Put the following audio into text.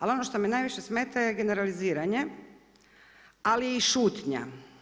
Ali onošto me najviše smeta je generaliziranje, ali i šutnja.